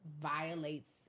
violates